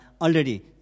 already